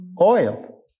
oil